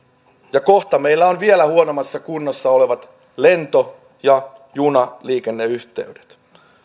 ja kohta meillä on vielä huonommassa kunnossa olevat lento ja junaliikenneyhteydet